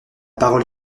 parole